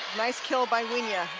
nice kill by wynja,